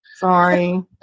Sorry